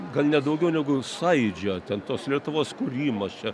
gal ne daugiau negu sąjūdžio ten tos lietuvos kūrimas čia